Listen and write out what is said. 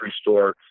store